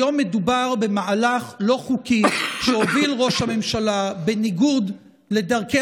היום מדובר על מהלך לא חוקי שהוביל ראש הממשלה בניגוד לדרכי